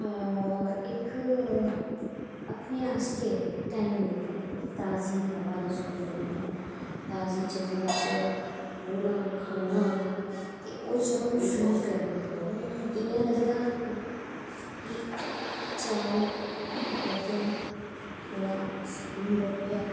इक आखनें आस्तै टायम होंदा ऐ ताज़ी हवा दा सकून होंदा ऐ ताज़ी जगा च बौह्नां खोड़नां ते ओह् जगा फील इयां ते चैन लब्भेआ थोह्ड़ा सकून लब्भेआ